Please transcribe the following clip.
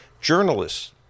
journalists